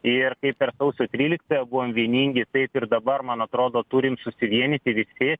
ir kaip per sausio tryliktąją buvom vieningi taip ir dabar man atrodo turim susivienyti visi